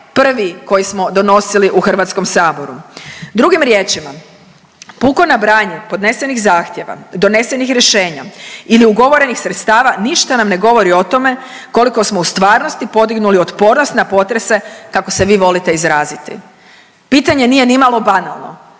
prvi koji smo donosili u Hrvatskom saboru. Drugim riječima, puko nabrajanje podnesenih zahtjeva, donesenih rješenja ili ugovorenih sredstava ništa nam ne govori o tome koliko smo u stvarnosti podignuli otpornost na potrese kako se vi volite izraziti. Pitanje nije nimalo banalno.